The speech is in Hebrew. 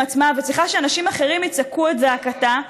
עצמה וצריכה שאנשים אחרים יצעקו את זעקתה,